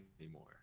anymore